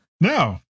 No